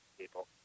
people